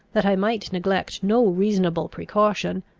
that i might neglect no reasonable precaution,